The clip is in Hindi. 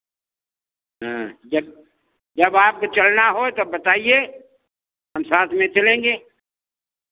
हाँ जब जब आपके चलना होए तब बताइए हम साथ में चलेंगे